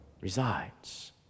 resides